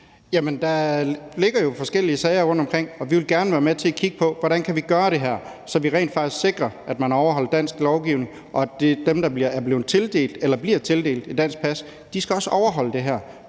Der ligger jo forskellige sager rundtomkring, og vi vil gerne være med til at kigge på, hvordan vi kan gøre det her, så vi rent faktisk sikrer, at man overholder dansk lovgivning, og at dem, der er blevet tildelt eller bliver tildelt et dansk pas, også skal overholde det her.